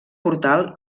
portal